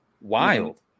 wild